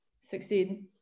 succeed